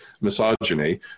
misogyny